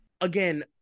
Again